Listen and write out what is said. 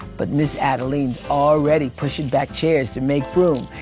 but miz adeline's already pushing back chairs to make room.